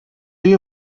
you